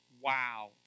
wow